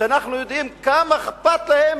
ואנחנו יודעים כמה אכפת להם